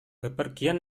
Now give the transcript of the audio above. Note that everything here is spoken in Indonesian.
bepergian